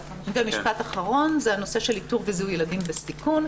משפט אחרון זה הנושא של איתור וזיהוי ילדים בסיכון,